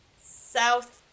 south